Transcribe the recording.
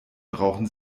brauchen